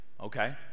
okay